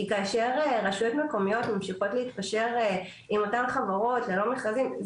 כאשר רשויות מקומיות ממשיכות להתקשר עם אותן חברות ללא מכרזים,